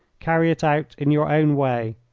carry it out in your own way,